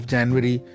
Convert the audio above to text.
January